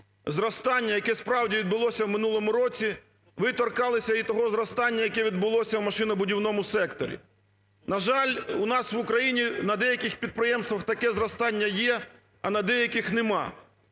зростання, яке справді відбулося у минулому році, ви торкалися і того зростання, яке відбулося у машинобудівному секторі. На жаль, у нас в Україні на деяких підприємствах таке зростання є, а на деяких нема.